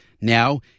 Now